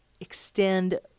extend